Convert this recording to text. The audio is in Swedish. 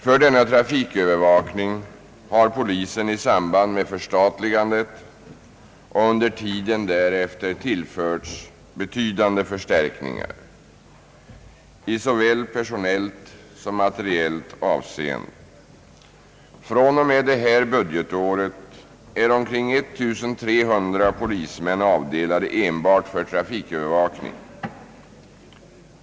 För trafikövervakningen har polisen i samband med förstatligandet och under tiden därefter tillförts betydande förstärkningar i såväl personellt som materiellt avseende. Fr, o. m. detta budgetår är omkring 1 300 polismän avdelade enbart för trafikövervakning.